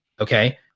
okay